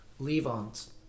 Levon's